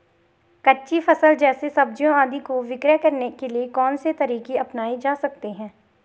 कच्ची फसल जैसे सब्जियाँ आदि को विक्रय करने के लिये कौन से तरीके अपनायें जा सकते हैं?